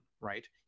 right